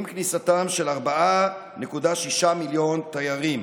עם כניסתם של 4.6 מיליון תיירים.